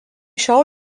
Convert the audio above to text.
šiol